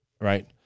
right